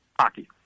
hockey